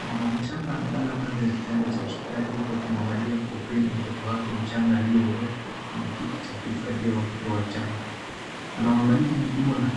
Mama mchanga amelala kando ya kitanda cha hospitali huku akimwangalia kwa upendo mtoto wake mchanga aliyewekwa kwenye kiti cha kuifadhia watoto wachanga, ana uangalifu mkubwa na